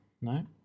No